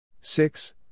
Six